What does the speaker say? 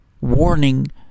warning